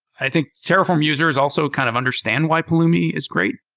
i think terraform users also kind of understand why pulumi is great,